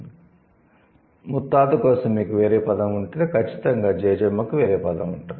'ముత్తాత' కోసం మీకు వేరే పదం ఉంటే ఖచ్చితంగా 'జేజమ్మ' కు వేరే పదం ఉంటుంది